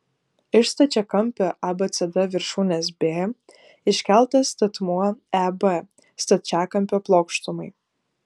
iš stačiakampio abcd viršūnės b iškeltas statmuo eb stačiakampio plokštumai